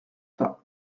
pas